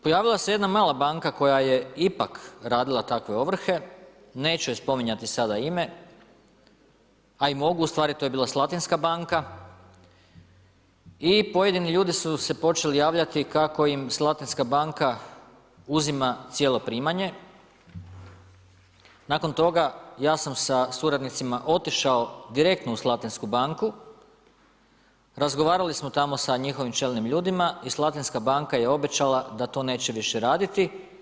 Pojavila se jedna mala banka koja je ipak radila takve ovrhe, neću joj spominjati sada ime, a i mogu ustvari, to je bila Slatinska banka i pojedini ljudi su se počeli javljati kako im Slatinska banka uzima cijelo primanje, nakon toga, ja sam sa suradnicima otišao direktno u Slatinsku banku, razgovarali smo tamo sa njihovim čelnim ljudima i Slatinska banka je obećala da to neće više raditi.